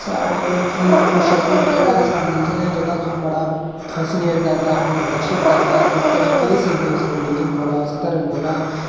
साढ़े कि इ'नें पुच्छे दा कि केहड़ा ऐसा रिलिजन ऐ जेहका तुसें गी बड़ा फैसीनेट करदा अपनी और आकर्शत करदा ते तुस केह् सिखदे हो उस रिलिजन कोला उस धर्म कोला